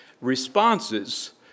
Responses